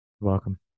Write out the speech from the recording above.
welcome